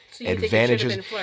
advantages